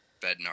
bednar